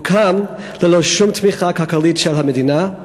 הוקם ללא שום תמיכה כלכלית של המדינה.